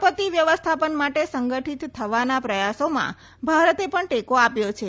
આપત્તિ વ્યવસ્થાપન માટે સંગઠીત થવાના પ્રયાસોમાં ભારતે પણ ટેકો આપ્યો છે